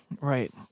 Right